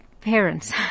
parents